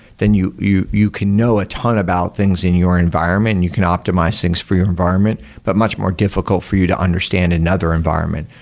then you you can know a ton about things in your environment and you can optimize things for your environment, but much more difficult for you to understand another environment.